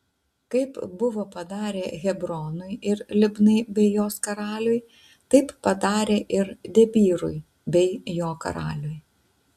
kaip buvo padarę hebronui ir libnai bei jos karaliui taip padarė ir debyrui bei jo karaliui